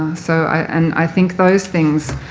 so i and i think those things